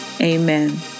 amen